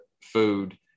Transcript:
food